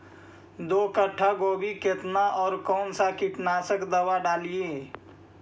दो कट्ठा गोभी केतना और कौन सा कीटनाशक दवाई डालिए?